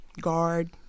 guard